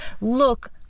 Look